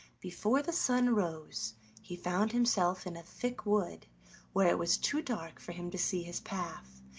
before the sun rose he found himself in a thick wood where it was too dark for him to see his path,